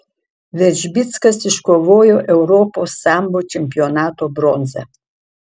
veržbickas iškovojo europos sambo čempionato bronzą